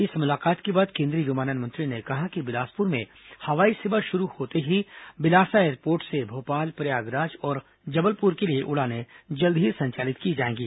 इस मुलाकात के बाद केंद्रीय विमानन मंत्री ने कहा कि बिलासपुर में हवाई सेवा शुरू होते ही बिलासा एयरपोर्ट से भोपाल प्रयागराज और जबलपुर के लिए उड़ाने जल्द ही संचालित की जाएंगी